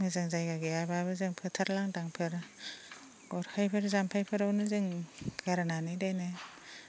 मोजां जायगा गैयाब्लाबो जों फोथार लांदांफोर गरखायफोर जाम्फैफोरावनो जों गारनानै दोनो